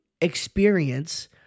experience